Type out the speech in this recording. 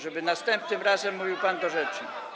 żeby następnym razem mówił pan do rzeczy.